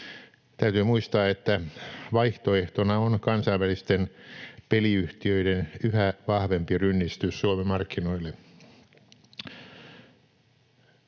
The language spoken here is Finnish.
Täytyy muistaa, että vaihtoehtona on kansainvälisten peliyhtiöiden yhä vahvempi rynnistys Suomen markkinoille.